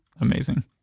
amazing